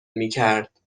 میکرد